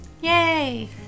Yay